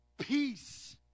Peace